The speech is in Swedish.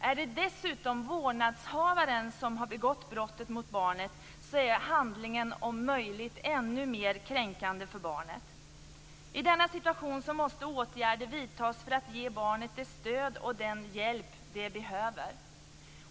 Är det dessutom vårdnadshavaren som har begått brottet mot barnet är handlingen om möjligt ännu mer kränkande för barnet. I denna situation måste åtgärder vidtas för att ge barnet det stöd och den hjälp det behöver.